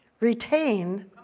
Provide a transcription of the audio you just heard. retain